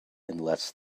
unless